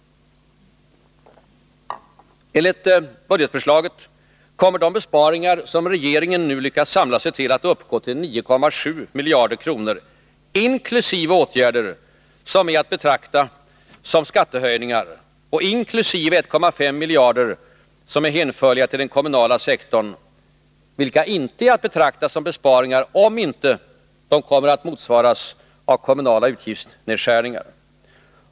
Enligt budgetförslaget kommer de besparingar som regeringen nu lyckats samla sig till att uppgå till 9,7 miljarder inkl. åtgärder som är att betrakta som skattehöjningar och inkl. 1,5 miljarder som är hänförliga till den kommunala sektorn men som inte är att betrakta som besparingar, om de inte kommer att motsvaras av kommunala utgiftsnedskärningar.